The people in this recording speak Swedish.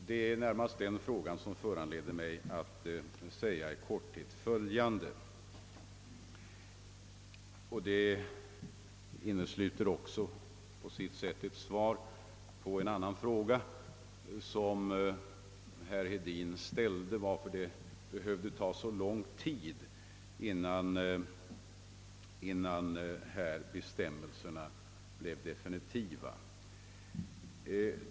Det var närmast den frågan som föranledde mig att begära ordet. Det svar jag vill lämna på den frågan blir också ett svar på herr Hedins fråga, varför det behövde ta så lång tid innan dessa bestämmelser blev definitiva.